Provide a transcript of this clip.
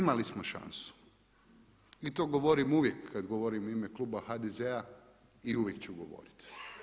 Imali smo šansu i to govorim uvijek kada govorim u ime kluba HDZ-a i uvijek ću govoriti.